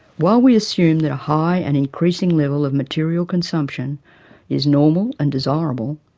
while we assume that a high and increasing level of material consumption is normal and desirable,